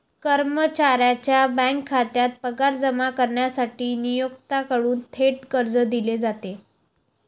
कर्मचाऱ्याच्या बँक खात्यात पगार जमा करण्यासाठी नियोक्त्याकडून थेट कर्ज दिले जाते